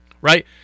Right